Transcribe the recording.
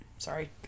Sorry